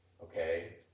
okay